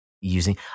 using